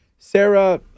Sarah